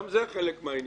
גם זה חלק מהעניין,